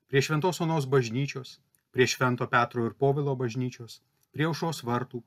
prie šventos onos bažnyčios prie švento petro ir povilo bažnyčios prie aušros vartų